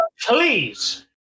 please